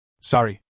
Sorry